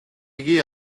იგი